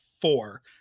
four